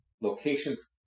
locations